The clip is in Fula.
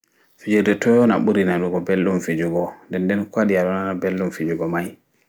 Fijirte toi on a ɓuri nanugo ɓelɗum fijugo nɗen nɗen ko waɗi a ɗo nana ɓelɗum fijugo mai